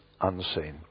unseen